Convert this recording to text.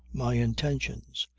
my intentions,